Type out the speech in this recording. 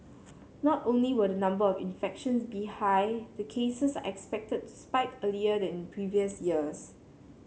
not only will the number of infections be high the cases are expected to spike earlier than in previous years